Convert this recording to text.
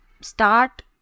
start